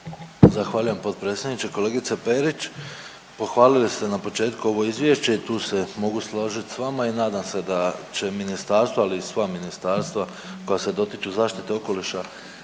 Zahvaljujem potpredsjedniče. Kolegice Perić, pohvalili ste na početku ovo izvješće i tu se mogu složit s vama i nadam se da će ministarstvo, ali i sva ministarstva koja se dotiču zaštite okoliša